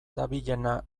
dabilena